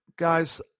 Guys